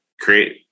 create